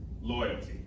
loyalty